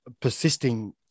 persisting